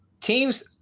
teams